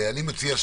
אני מציע,